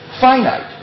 finite